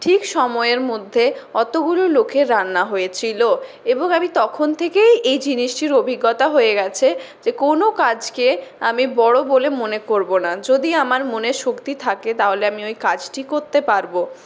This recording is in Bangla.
ঠিক সময়ের মধ্যে অতোগুলো লোকের রান্না হয়েছিলো এবং আমি তখন থেকেই এই জিনিসের অভিজ্ঞতা হয়ে গেছে যে কোনো কাজকে আমি বড়ো বলে মনে করবো না যদি আমার মনে শক্তি থাকে তাহলে আমি ওই কাজটি করতে পারবো